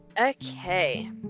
Okay